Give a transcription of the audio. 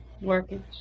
Working